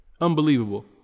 Unbelievable